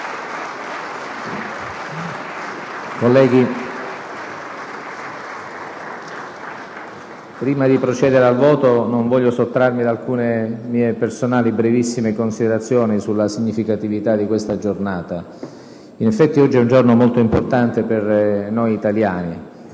Colleghi, prima di procedere al voto non voglio sottrarmi ad alcune mie personali, brevissime considerazioni sulla significatività di questa giornata. In effetti oggi è un giorno molto importante per noi italiani.